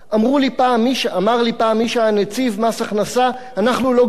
אמר לי פעם מי שהיה נציב מס הכנסה: אנחנו לא גובים שם.